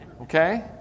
Okay